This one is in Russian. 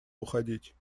уходить